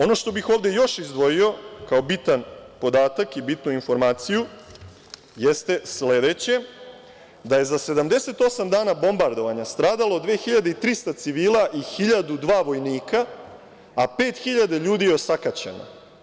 Ono što bih ovde još izdvojio kao bitan podatak i bitnu informaciju jeste sledeće, da je za 78 dana bombardovanja stradalo 2.300 civila i 1.002 vojnika, a pet hiljada ljudi je osakaćeno.